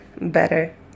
better